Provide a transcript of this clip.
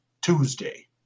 Tuesday